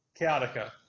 chaotica